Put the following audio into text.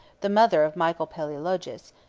the mother of michael palaeologus,